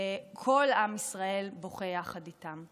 וכל עם ישראל בוכה יחד איתה.